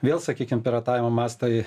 vėl sakykim piratavimo mastai